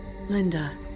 Linda